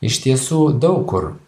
iš tiesų daug kur